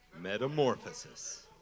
Metamorphosis